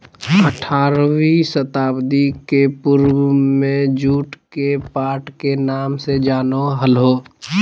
आठारहवीं शताब्दी के पूर्व में जुट के पाट के नाम से जानो हल्हो